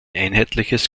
einheitliches